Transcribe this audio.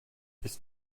ist